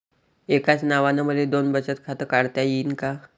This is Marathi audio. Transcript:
एकाच नावानं मले दोन बचत खातं काढता येईन का?